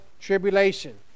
tribulation